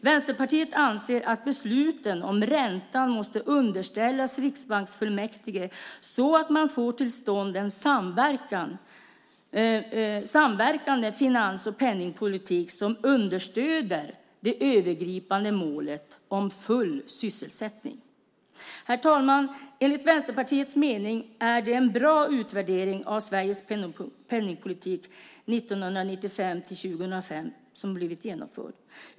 Vänsterpartiet anser att besluten om räntan måste underställas riksbanksfullmäktige så att man får till stånd en samverkande finans och penningpolitik som understöder det övergripande målet om full sysselsättning. Enligt Vänsterpartiets mening är det en bra utvärdering av Sveriges penningpolitik 1995-2005 som har blivit genomförd.